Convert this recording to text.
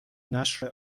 نشر